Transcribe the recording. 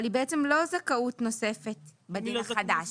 אבל היא בעצם לא זכאות נוספת בדין החדש.